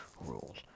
rules